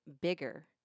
bigger